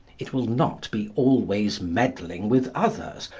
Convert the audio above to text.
it will not be always meddling with others,